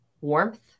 warmth